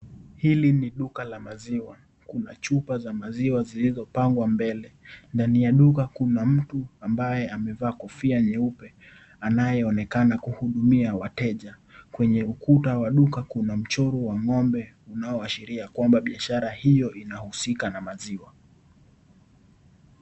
Hili ni duka la maziwa, kuna chupa za maziwa zilizopangwa mbele. Ndani ya duka kuna mtu amabye amevaa kofia nyeupe anayeonekana kuhudumia wateja. Kwenye ukuta wa duka kuna mchoro wa ng'ombe unaoashiria kwamba biashara hiyo inahushika na maziwa.